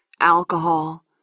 alcohol